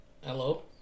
Hello